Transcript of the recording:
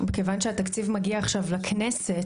כיוון שהתקציב מגיע עכשיו לכנסת: